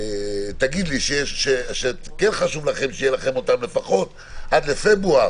אם תגיד לי שחשוב לכם שיהיה לכם אותם לפחות עד לפברואר,